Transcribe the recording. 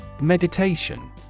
Meditation